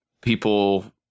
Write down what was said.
people